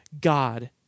God